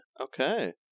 Okay